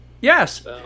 Yes